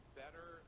better